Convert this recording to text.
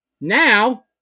now